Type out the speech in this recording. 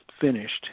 finished